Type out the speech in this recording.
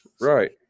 Right